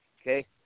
okay